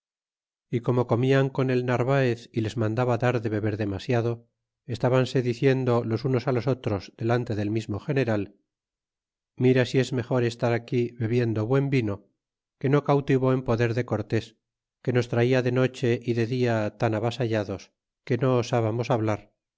y como comian con el narvaez y les mandaba dar de beber demasiado estábanse diciendo los unos á los otros delante del mismo general mira si es mejor estar aquí bebiendo buen vino que no cautivo en poder de cortés que nos traia de noche y de dia tan avasallados que no osábamos hablar